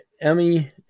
Emmy